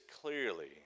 clearly